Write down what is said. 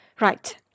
Right